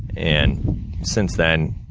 and since then,